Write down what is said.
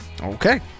Okay